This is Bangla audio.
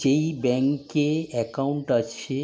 যেই ব্যাংকে অ্যাকাউন্ট আছে,